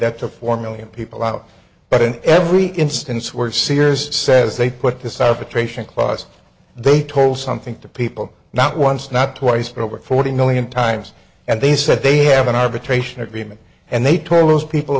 that took four million people out but in every instance where sears says they put this out patrician class they told something to people not once not twice but over forty million times and they said they have an arbitration agreement and they told those people